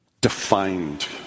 defined